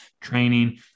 training